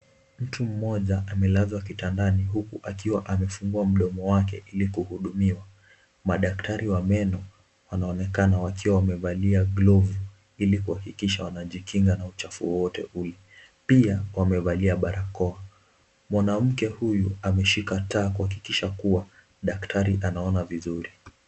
Mtu mmoja amelazwa kitandani huku akiwa amefungua mdomo wake, ili kuhudumiwa. Madaktari wa meno wanaonekana wakiwa wamevalia glovu, ili kuhakikisha wanajichunga na uchafu wowote ule, pia wamevalia barakoa. Mwanamke huyu ameshika taa kuhakikisha kuwa daktari anaona vizuri.